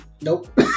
nope